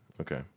Okay